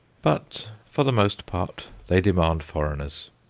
but for the most part they demand foreigners.